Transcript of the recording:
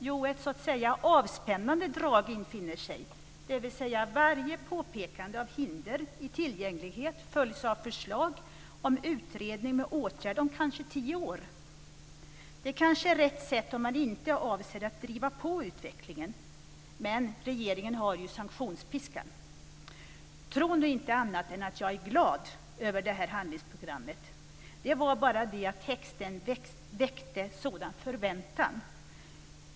Jo, ett så att säga avspännande drag infinner sig, dvs. varje påpekande av hinder i tillgänglighet följs av förslag om utredning med åtgärd om kanske tio år. Det kanske är rätt sätt om man inte avser att driva på utvecklingen, men regeringen har ju sanktionspiskan. Tro nu inte annat än att jag är glad över handlingsprogrammet. Det var bara det att texten väckte en sådan förväntan.